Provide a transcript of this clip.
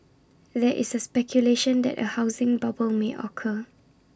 there is A speculation that A housing bubble may occur